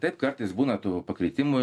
taip kartais būna tų pakvietimų